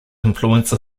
influence